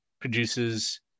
produces